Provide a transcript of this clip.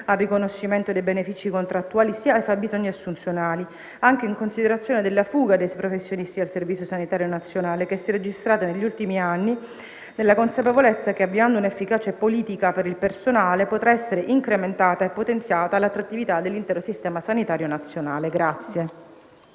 al riconoscimento dei benefici contrattuali, sia ai fabbisogni assunzionali, anche in considerazione della fuga dei professionisti dal Servizio sanitario nazionale, che si è registrata negli ultimi anni, nella consapevolezza che avviando un'efficace politica per il personale potrà essere incrementata e potenziata l'attrattività dell'intero sistema sanitario nazionale.